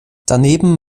daneben